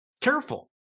careful